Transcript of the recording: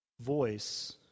voice